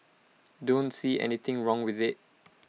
don't see anything wrong with IT